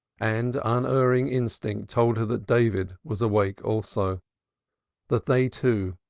and unerring instinct told her that david was awake also that they two,